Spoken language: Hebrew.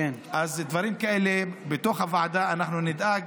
דברים כאלה, בתוך הוועדה אנחנו נדאג,